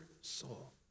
soul